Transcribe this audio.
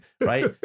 right